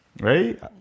Right